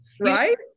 Right